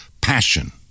passion